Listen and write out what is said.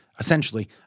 Essentially